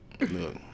look